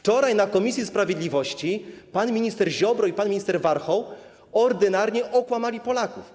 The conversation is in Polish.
Wczoraj w komisji sprawiedliwości pan minister Ziobro i pan minister Warchoł ordynarnie okłamali Polaków.